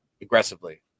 aggressively